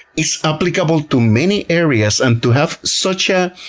it's applicable to many areas, and to have such a